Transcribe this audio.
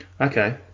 okay